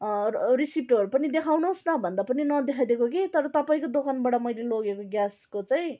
रिसिप्टहरू पनि देखाउनुहोस् न भन्दा पनि नदेखाइदिएको कि तर तपाईँको दोकानबाट मैले लोगेको ग्यासको चाहिँ